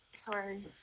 Sorry